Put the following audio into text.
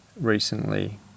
recently